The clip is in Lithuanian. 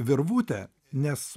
virvutę nes